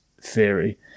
theory